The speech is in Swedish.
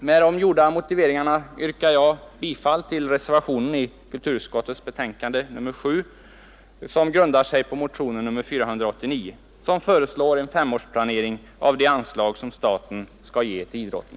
Med de gjorda motiveringarna yrkar jag bifall till den vid kulturutskottets betänkande nr 7 fogade reservationen av herr Mattsson i Lane-Herrestad m.fl.; den grundar sig på motionen 489, i vilken föreslås en femårsplanering av det anslag staten skall ge idrotten.